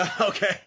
Okay